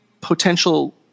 potential